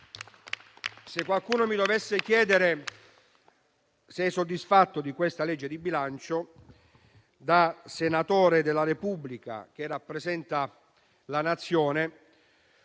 Se qualcuno mi dovesse chiedere se sono soddisfatto di questo disegno di legge di bilancio, da senatore della Repubblica che rappresenta la Nazione